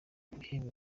ibihembo